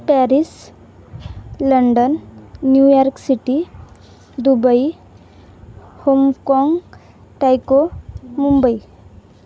Paris London New York city Dubai हाँगकाँग Tokyo Mumbai